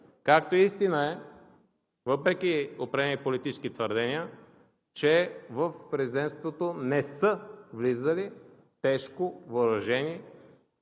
Както е истина, въпреки определени политически твърдения, че в президентството не са влизали тежко въоръжени